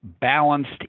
balanced